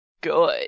good